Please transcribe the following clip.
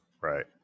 right